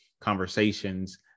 conversations